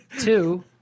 two